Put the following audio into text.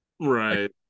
right